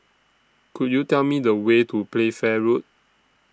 Could YOU Tell Me The Way to Playfair Road